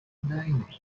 nine